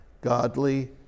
Godly